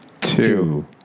Two